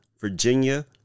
Virginia